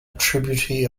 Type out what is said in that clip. tributary